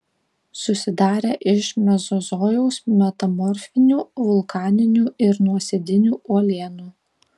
susidarę iš mezozojaus metamorfinių vulkaninių ir nuosėdinių uolienų